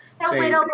say